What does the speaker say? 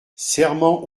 serment